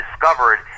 discovered